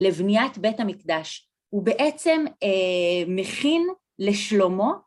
לבניית בית המקדש, הוא בעצם מכין לשלומה